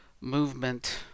movement